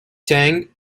teng